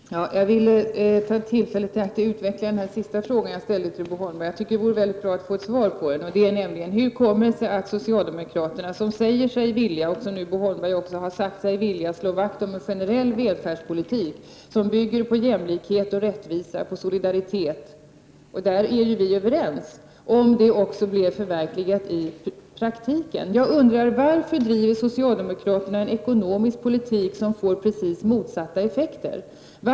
Herr talman! Jag vill ta tillfället i akt att utveckla den fråga jag sist ställde till Bo Holmberg. Det vore mycket bra om jag fick ett svar på den. Socialdemokraterna säger att de vill slå vakt om en generell välfärdspolitik som bygger på jämlikhet, rättvisa och solidaritet — och där är vi överens, om det förverkligas i praktiken —, och Bo Holmberg har också sagt sig vilja slå vakt om en sådan politik. Varför driver socialdemokraterna en ekonomisk politik som får precis motsatta effekter?